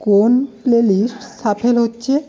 কোন playlist shuffle হচ্ছে